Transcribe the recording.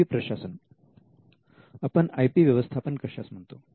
I P प्रशासन आपण I P व्यवस्थापन कशास म्हणतो